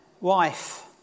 wife